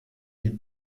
ils